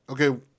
Okay